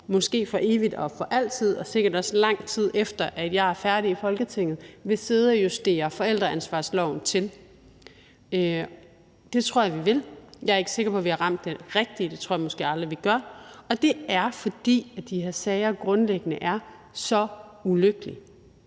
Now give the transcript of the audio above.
måske for evigt og for altid, og sikkert også lang tid efter at jeg er færdig i Folketinget, vil sidde og justere forældreansvarsloven. Det tror jeg vi vil. Jeg er ikke sikker på, at vi har ramt det rigtige. Det tror jeg måske aldrig vi gør. Og det er, fordi de her sager grundlæggende er så ulykkelige.